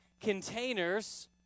containers